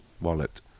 wallet